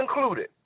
included